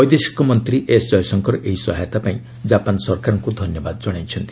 ବୈଦେଶିକ ମନ୍ତ୍ରୀ ଏସ୍ ଜୟଶଙ୍କର ଏହି ସହାୟତା ପାଇଁ ଜାପାନ ସରକାରଙ୍କୁ ଧନ୍ୟବାଦ ଜଣାଇଛନ୍ତି